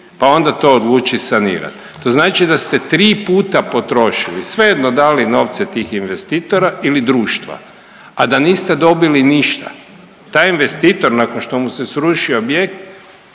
pa onda to odluči sanirat, to znači da ste tri puta potrošili, svejedno da li novce tih investitora ili društva, a da niste dobili ništa. Taj investitor nakon što mu se sruši objekt